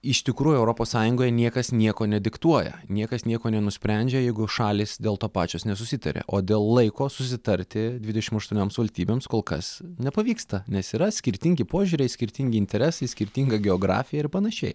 iš tikrųjų europos sąjungoje niekas nieko nediktuoja niekas nieko nenusprendžia jeigu šalys dėl to pačios nesusitaria o dėl laiko susitarti dvidešim aštuonioms valstybėms kol kas nepavyksta nes yra skirtingi požiūriai skirtingi interesai skirtinga geografija ir panašiai